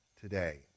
today